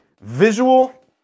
visual